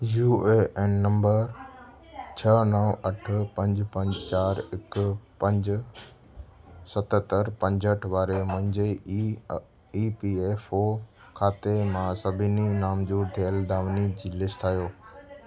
U A N number छह नव अठ पंज पंज चार हिकु पंज सतरि पंजहठि वारे मुंहिंजे ई पी एफ़ ओ खाते मां सभिनी नामंज़ूरु थियल दावनि जी लिस्ट ठाहियो